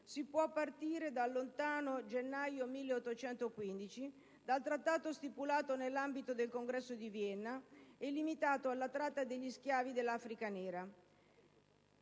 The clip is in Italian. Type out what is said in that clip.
si può partire dal lontano gennaio 1815, dal Trattato stipulato nell'ambito del Congresso di Vienna e limitato alla tratta degli schiavi dell'Africa nera,